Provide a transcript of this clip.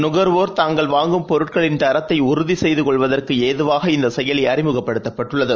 நுகர்வோர் தாங்கள் வாங்கும் பொருட்களின் தரத்தை உறுதி செய்து கொள்வதறகு ஏதுவாக இந்த செயலி அறிமுகப்படுத்தப்பட்டுள்ளது